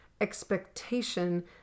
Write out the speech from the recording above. expectation